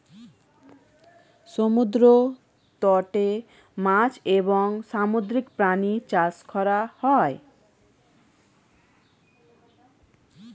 সমুদ্র তটে মাছ এবং সামুদ্রিক প্রাণী চাষ করা হয়